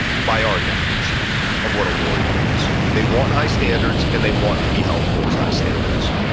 by our definition of what a warrior is. they want high standards and they want to be held to those high standards.